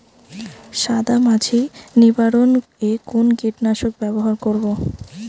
সাদা মাছি নিবারণ এ কোন কীটনাশক ব্যবহার করব?